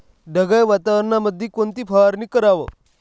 ढगाळ वातावरणामंदी कोनची फवारनी कराव?